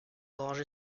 ranger